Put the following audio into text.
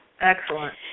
Excellent